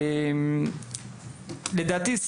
לדעתי,